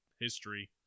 history